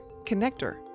connector